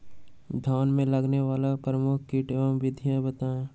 धान में लगने वाले प्रमुख कीट एवं विधियां बताएं?